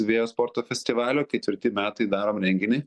vėjo sporto festivalio ketvirti metai darom renginį